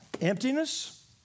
Emptiness